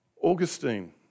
Augustine